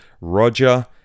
ROGER